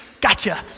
gotcha